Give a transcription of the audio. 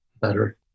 better